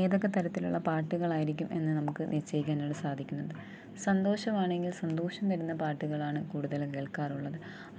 ഏതൊക്കെ തരത്തിലുള്ള പാട്ടുകളായിരിക്കും എന്ന് നമുക്ക് നിശ്ചയിക്കാനായിട്ട് സാധിക്കുന്നുണ്ട് സന്തോഷമാണെങ്കിൽ സന്തോഷം തരുന്ന പാട്ടുകളാണ് കൂടുതലും കേൾക്കാറുള്ളത്